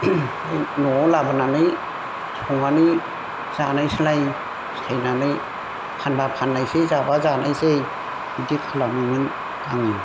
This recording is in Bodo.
ओमफाय न'आव लाबोनानै संनानै जानायसैलाय सायनानै फानब्ला फाननायसै जाब्ला जानायसै बिदि खालामोमोन आङो